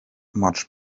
much